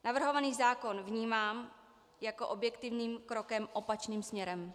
Navrhovaný zákon vnímám jako objektivní krok opačným směrem.